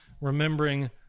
remembering